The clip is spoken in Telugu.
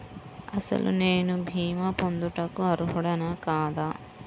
అసలు నేను భీమా పొందుటకు అర్హుడన కాదా?